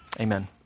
amen